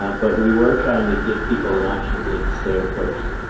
um but we were trying to give people an option to take the stair first